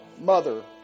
mother